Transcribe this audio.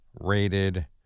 rated